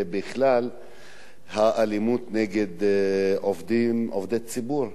ובכלל האלימות נגד עובדי ציבור.